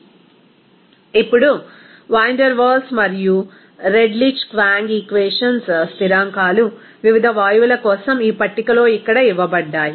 refer slide time ఇప్పుడు van der Waals మరియు Redlich Kwong equations స్థిరాంకాలు వివిధ వాయువుల కోసం ఈ పట్టికలో ఇక్కడ ఇవ్వబడ్డాయి